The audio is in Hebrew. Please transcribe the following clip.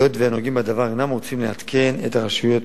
היות שהנוגעים בדבר אינם רוצים לעדכן את הרשויות